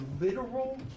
literal